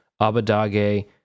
Abadage